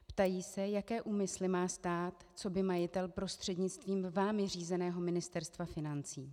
Ptají se, jaké úmysly má stát coby majitel prostřednictvím vámi řízeného Ministerstva financí.